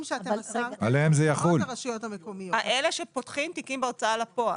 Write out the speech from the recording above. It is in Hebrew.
אלה שפותחים תיקים בהוצאה לפועל.